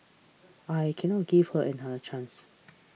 I cannot give her another chance